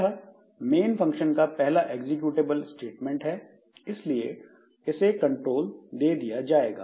यह main function का पहला एग्जीक्यूटेबल स्टेटमेंट है इसलिए कंट्रोल इसे दे दिया जाएगा